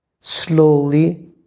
slowly